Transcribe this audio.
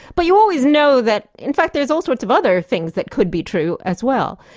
but you always know that in fact there's all sorts of other things that could be true as well.